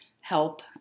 help